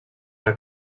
una